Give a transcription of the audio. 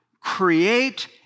create